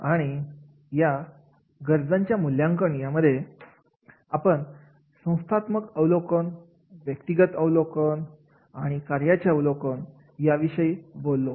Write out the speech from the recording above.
आणि या घरांच्या मूल्यांकन यामध्ये आपण संस्थात्मक अवलोकन व्यक्तिगत अवलोकन आणि कार्याचे अवलोकन या विषयी बोललो